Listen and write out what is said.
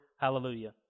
hallelujah